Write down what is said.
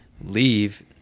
leave